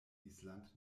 island